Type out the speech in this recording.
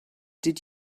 did